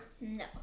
No